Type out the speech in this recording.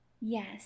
Yes